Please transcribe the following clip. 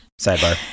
sidebar